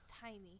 tiny